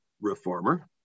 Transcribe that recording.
reformer